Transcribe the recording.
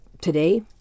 today